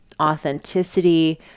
authenticity